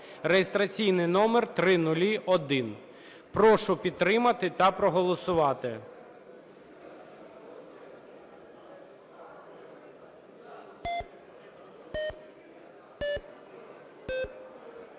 (реєстраційний номер 0001). Прошу підтримати та проголосувати.